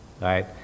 right